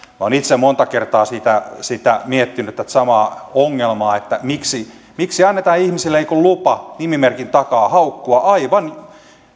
olen itse monta kertaa miettinyt tätä samaa ongelmaa miksi miksi annetaan ihmisille niin kuin lupa nimimerkin takaa haukkua aivan